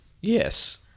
Yes